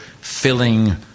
filling